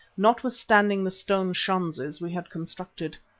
notwithstanding the stone schanzes we had constructed.